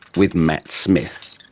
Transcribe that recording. with matt smith